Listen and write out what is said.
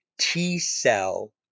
T-cell